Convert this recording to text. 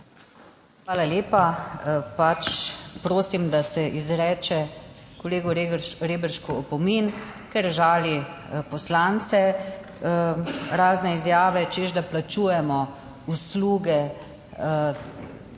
Hvala lepa. Prosim, da se izreče kolegu Reberšku opomin, ker žali poslance. Razne izjave, češ da plačujemo usluge